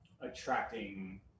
attracting